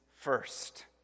first